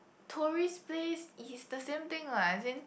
tourist place is the same thing what as in